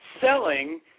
selling